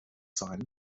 sein